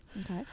okay